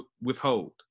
withhold